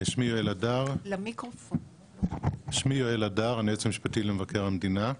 אני היועץ המשפטי למבקר המדינה.